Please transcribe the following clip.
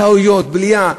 טעויות, בליעה.